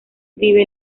vive